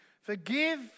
Forgive